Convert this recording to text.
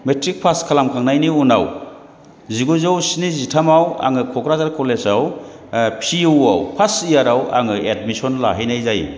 matric pass खालामखांनायनि उनाव जिगुजौ स्निजिथामआव आङो क'क्राझार कलेजाव पि इउआव फार्स्त यार आव आङो एडमिसन लाहैनाय जायो